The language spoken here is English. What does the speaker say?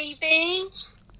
babies